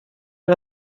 wir